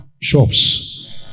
shops